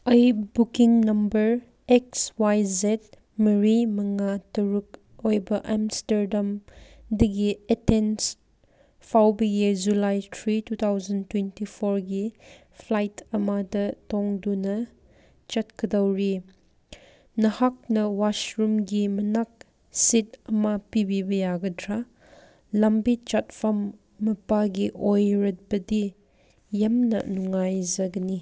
ꯑꯩ booking number X Y Z ꯃꯔꯤ ꯃꯉꯥ ꯇꯔꯨꯛ ꯑꯣꯏꯕ ꯑꯦꯝꯁꯇꯔꯗꯝ ꯗꯒꯤ ꯑꯦꯊꯦꯟꯁ ꯐꯥꯎꯕꯒꯤ July three two thousand twenty ꯐꯣꯔꯒꯤ ꯐ꯭ꯂꯥꯏꯠ ꯑꯃꯗ ꯇꯣꯡꯗꯨꯅ ꯆꯠꯀꯗꯧꯔꯤ ꯅꯍꯥꯛꯅ ꯋꯥꯁꯔꯨꯝꯒꯤ ꯃꯅꯥꯛ ꯁꯤꯠ ꯑꯃ ꯄꯤꯕꯤꯕ ꯌꯥꯒꯗ꯭ꯔ ꯂꯝꯕꯤ ꯆꯠꯐꯝ ꯃꯄꯥꯒꯤ ꯑꯣꯏꯔꯕꯗꯤ ꯌꯥꯝꯅ ꯅꯨꯡꯉꯥꯏꯖꯒꯅꯤ